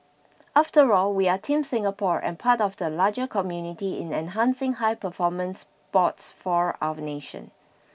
after all we are team Singapore and part of the larger community in enhancing high performance sports for our nation